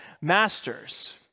masters